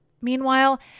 meanwhile